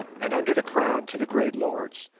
and under the crown to the great lords,